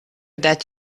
that